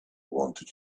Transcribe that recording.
wanted